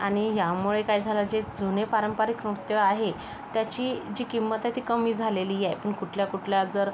आणि यामुळे काय झालं जे जुने पारंपरिक नृत्य आहे त्याची जी किंमत आहे ती कमी झालेली आहे पण कुठल्या कुठल्या जर